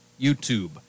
YouTube